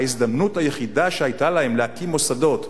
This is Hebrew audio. ההזדמנות היחידה שהיתה להם להקים מוסדות.